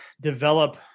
develop